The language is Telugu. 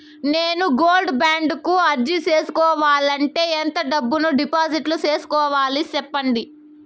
నేను గోల్డ్ బాండు కు అర్జీ సేసుకోవాలంటే ఎంత డబ్బును డిపాజిట్లు సేసుకోవాలి సెప్పండి